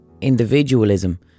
individualism